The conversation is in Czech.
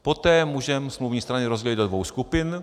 Poté můžeme smluvní strany rozdělit do dvou skupin.